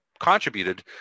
contributed